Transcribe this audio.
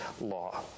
law